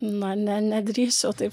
na ne nedrįsčiau taip